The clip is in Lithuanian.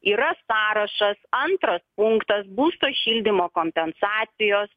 yra sąrašas antras punktas būsto šildymo kompensacijos